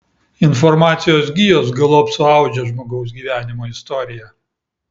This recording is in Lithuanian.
informacijos gijos galop suaudžia žmogaus gyvenimo istoriją